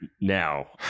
Now